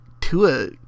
tua